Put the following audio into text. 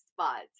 spots